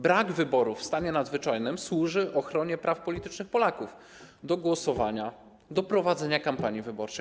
Brak wyborów w stanie nadzwyczajnym służy ochronie praw politycznych Polaków: do głosowania, do prowadzenia kampanii wyborczej.